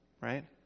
right